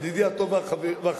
ידידי הטוב והחביב,